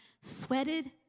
sweated